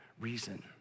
reason